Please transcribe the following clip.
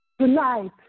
Tonight